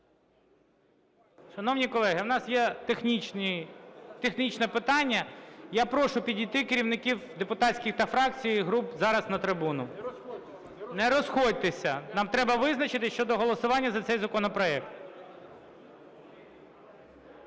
Шановні колеги, в нас є технічне питання. Я прошу підійти керівників депутатських фракцій, груп зараз на трибуну. Не розходьтеся. Нам треба визначитись щодо голосування за цей законопроект.